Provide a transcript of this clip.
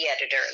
editor